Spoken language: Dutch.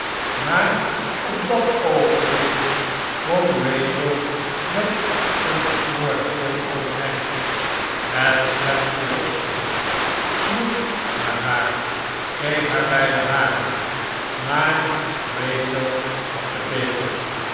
maar op dat oogenblik sprong rachel met een gesmoorden gil overeind het schepsel worstelde sloeg naar haar greep haar bij de haren maar rachel had den beker